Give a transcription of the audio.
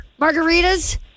margaritas